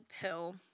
pill